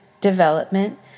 development